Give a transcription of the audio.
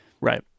Right